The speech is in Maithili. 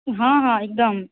हाँ हाँ एकदम